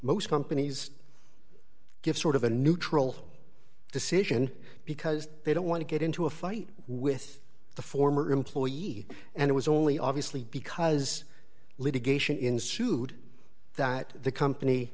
most companies give sort of a neutral decision because they don't want to get into a fight with the former employee and it was only obviously because litigation ensued that the company